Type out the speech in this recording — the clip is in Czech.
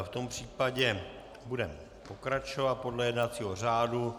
V tom případě budeme pokračovat podle jednacího řádu.